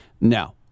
no